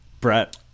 Brett